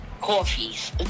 coffees